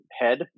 head